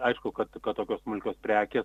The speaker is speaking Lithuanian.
aišku kad tokios smulkios prekės